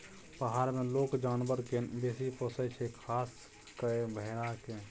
पहार मे लोक जानबर केँ बेसी पोसय छै खास कय भेड़ा केँ